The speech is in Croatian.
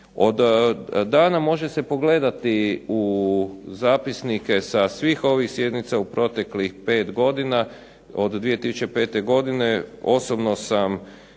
Od dana može se pogledati u zapisnike sa svih ovih sjednica u proteklih 5 godina, od 2005. godine osobno sam